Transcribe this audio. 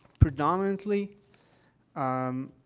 predominately um,